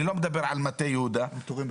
לא מדבר על מטה יהודה - המספר יותר קטן.